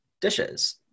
dishes